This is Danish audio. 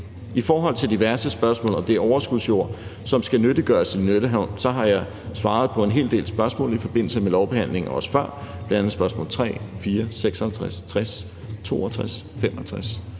I forhold til diverse spørgsmål om det overskudsjord, som skal nyttiggøres på Lynetteholm, har jeg svaret på en hel del spørgsmål i forbindelse med lovbehandlingen og også før, bl.a. spørgsmål nr. 3, 4, 56, 60, 62, 65,